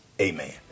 Amen